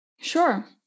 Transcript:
Sure